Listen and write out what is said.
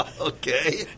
Okay